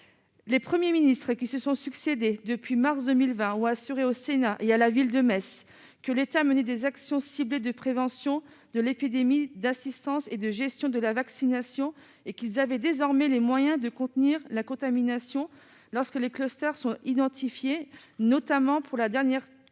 Les premiers ministres qui se sont succédés depuis mars 2020 assurer au Sénat il y a la ville de Metz, que l'État, mené des actions ciblées de prévention de l'épidémie d'assistance et de gestion de la vaccination et qu'ils avaient désormais les moyens de contenir la contamination lorsque les clusters sont identifiés, notamment pour la dernière souche